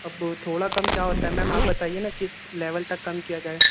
अब थोड़ा कम क्या होता है मैम आप बताइए ना किस लेवल तक कम किया जाए